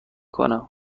کنم